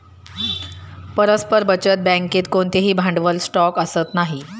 परस्पर बचत बँकेत कोणतेही भांडवल स्टॉक असत नाही